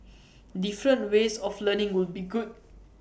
different ways of learning would be good